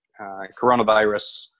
coronavirus